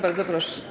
Bardzo proszę.